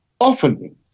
Often